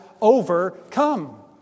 overcome